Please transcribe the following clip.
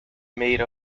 made